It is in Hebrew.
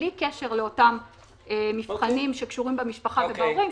בלי קשר לאותם מבחנים שקשורים במשפחה ובהורים,